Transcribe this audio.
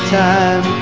time